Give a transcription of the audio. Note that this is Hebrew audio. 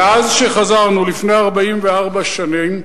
מאז חזרנו, לפני 44 שנים,